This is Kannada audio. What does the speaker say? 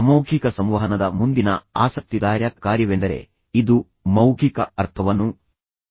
ಅಮೌಖಿಕ ಸಂವಹನದ ಮುಂದಿನ ಆಸಕ್ತಿದಾಯಕ ಕಾರ್ಯವೆಂದರೆ ಇದು ಮೌಖಿಕ ಅರ್ಥವನ್ನು ವಿರೋಧಿಸುತ್ತದೆ